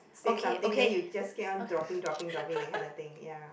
say something then you just keep on dropping dropping dropping that kind of thing ya